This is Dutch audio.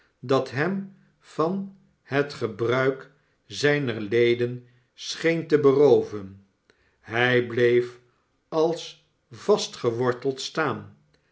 aat hem van het gebruik zijner leden scheen te berooven hij bleef als vastgeworteld staan